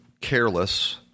careless